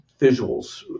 visuals